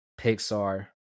Pixar